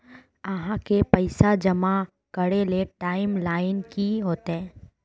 आहाँ के पैसा जमा करे ले टाइम लाइन की होते?